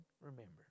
remember